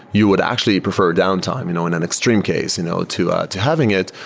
you would actually prefer downtime you know in an extreme case you know to to having it,